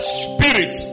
spirit